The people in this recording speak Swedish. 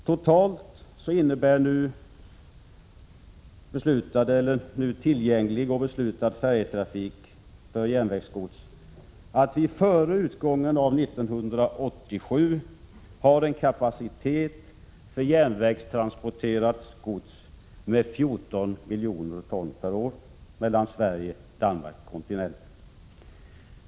Totalt innebär nu tillgänglig och beslutad färjetrafik för järnvägsgods att vi före utgången av 1987 har en kapacitet för järnvägstransporterat gods med 14 miljoner ton per år mellan Sverige samt Danmark och kontinenten.